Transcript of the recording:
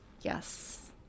Yes